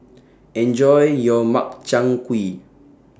Enjoy your Makchang Gui